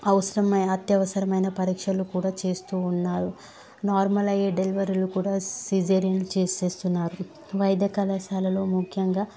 అవసరమ అత్యవసరమైన పరీక్షలు కూడా చేస్తూ ఉన్నారు నార్మల్ అయ్యే డెలివరీలు కూడా సీజేరియన్లు చేసేస్తున్నారు వైద్య కళాశాలలో ముఖ్యంగా